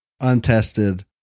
untested